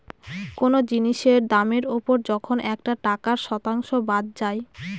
কোনো জিনিসের দামের ওপর যখন একটা টাকার শতাংশ বাদ যায়